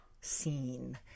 scene